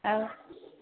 औ